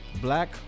Black